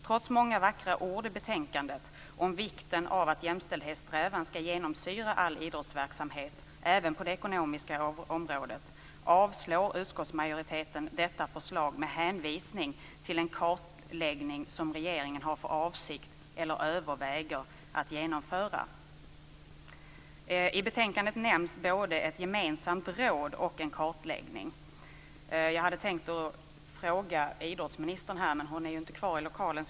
Trots många vackra ord i betänkandet om vikten av att jämställdhetssträvan ska genomsyra all idrottsverksamhet även på det ekonomiska området avstyrker utskottsmajoriteten detta förslag med hänvisning till en kartläggning som regeringen har för avsikt eller överväger att genomföra. I betänkandet nämns både ett gemensamt råd och en kartläggning. Jag hade tänkt ställa en fråga till idrottsministern, men hon är inte kvar i lokalen.